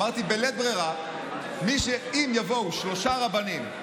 אמרתי: בלית ברירה, אם יבואו שלושה רבנים,